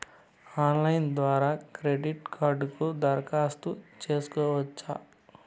Online ద్వారా credit కార్డుకు దరఖాస్తు సేసుకోవచ్చా?